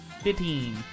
Fifteen